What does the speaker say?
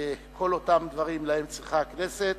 כל אותם דברים להם צריכה הכנסת